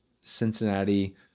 Cincinnati